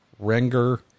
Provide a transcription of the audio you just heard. Renger